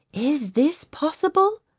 is this possible?